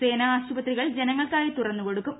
സേന ആശുപത്രികൾ ജനങ്ങൾക്കായി തുറന്നു കൊടുക്കും